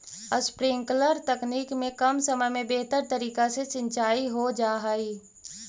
sprinkler तकनीक में कम समय में बेहतर तरीका से सींचाई हो जा हइ